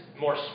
more